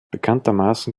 bekanntermaßen